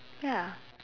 ya